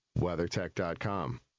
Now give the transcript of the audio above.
WeatherTech.com